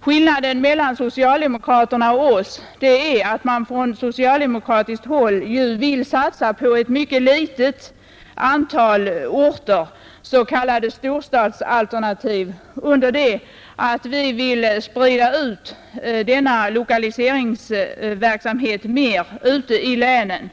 Skillnaden mellan socialdemokraterna och oss är att man från socialdemokratiskt håll vill satsa på ett mycket litet antal orter, s.k. storstadsalternativ, under det att vi vill sprida denna lokaliseringsverksamhet mer ute i länen.